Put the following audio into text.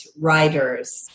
writers